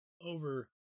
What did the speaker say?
over